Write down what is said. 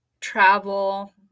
travel